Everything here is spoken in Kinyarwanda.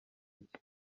iki